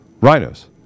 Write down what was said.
rhinos